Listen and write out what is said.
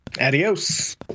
Adios